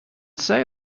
say